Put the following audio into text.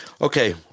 Okay